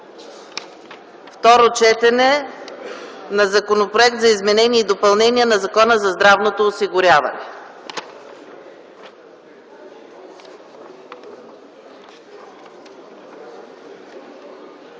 относно Законопроект за изменение и допълнение на Закона за здравното осигуряване,